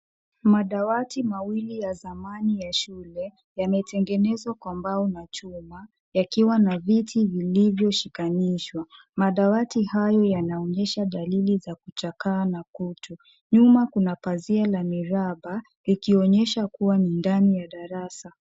Madawati mawili ya zamani ya shule yametengenezwa kwa mbao na chuma ikiwa na kiti vilivyoshikanishwa. Madawati hayo yanaonyesha dalili ya kuchakaa na kutu. Nyuma kuna pazia la miraba likionyesha ni pazia la darasa.